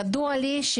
ידוע לי,